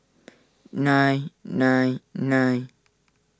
nine nine nine